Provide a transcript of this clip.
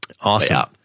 Awesome